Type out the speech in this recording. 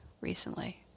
recently